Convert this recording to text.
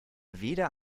weder